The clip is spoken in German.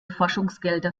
forschungsgelder